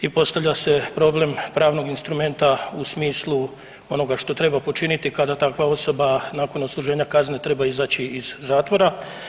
I postavlja se problem pravnog instrumenta u smislu onoga što treba počiniti kada takva osoba nakon odsluženja kazne treba izaći iz zatvora.